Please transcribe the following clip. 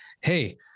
hey